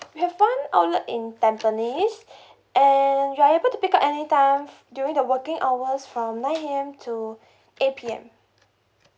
we have one outlet in tampines and you're able to pick up any time during the working hours from nine A_M to eight P_M